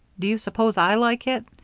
do you suppose i like it?